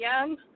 Young